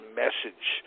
message